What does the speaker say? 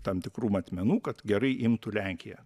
tam tikrų matmenų kad gerai imtų lenkiją